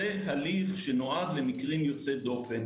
זה הליך שנועד למקרים יוצאי דופן.